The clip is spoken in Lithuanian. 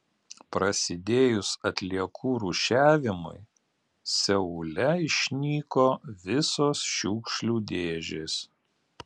prasidėjus atliekų rūšiavimui seule išnyko visos šiukšlių dėžės